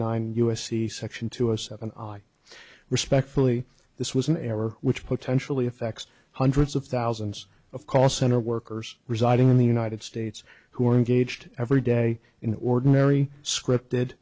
nine u s c section two us of an i respectfully this was an error which potentially effects hundreds of thousands of call center workers residing in the united states who are engaged every day in ordinary scripted